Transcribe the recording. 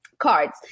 cards